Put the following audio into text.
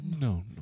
No